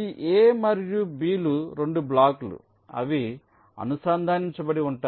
ఈ A మరియు B లు 2 బ్లాక్లు అవి అనుసంధానించబడి ఉంటాయి